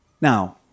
Now